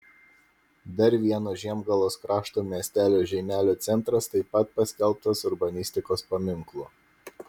dar vieno žiemgalos krašto miestelio žeimelio centras taip pat paskelbtas urbanistikos paminklu